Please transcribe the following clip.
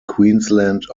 queensland